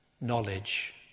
knowledge